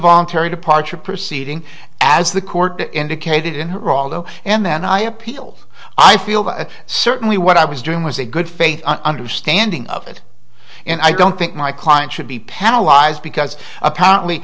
voluntary departure proceeding as the court indicated in her although and then i appealed i feel that certainly what i was doing was a good faith an understanding of it and i don't think my client should be paralyzed because apparently